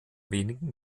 wenigen